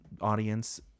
audience